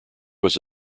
was